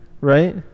right